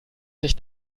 sich